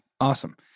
Awesome